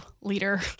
leader